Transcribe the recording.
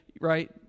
right